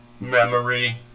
memory